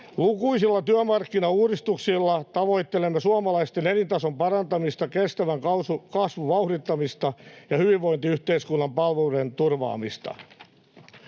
Lukuisilla työmarkkinauudistuksilla tavoittelemme suomalaisten elintason parantamista, kestävän kasvun vauhdittamista ja hyvinvointiyhteiskunnan palveluiden turvaamista.